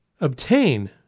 obtain